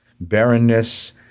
barrenness